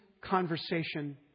conversation